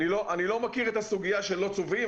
אני לא מכיר את הסוגיה שלא צובעים,